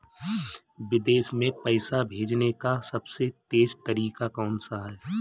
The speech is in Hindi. विदेश में पैसा भेजने का सबसे तेज़ तरीका कौनसा है?